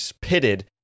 pitted